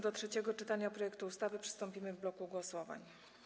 Do trzeciego czytania projektu ustawy przystąpimy w bloku głosowań.